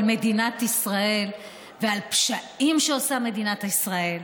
מדינת ישראל ועל פשעים שעושה מדינת ישראל.